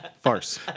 Farce